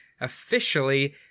Officially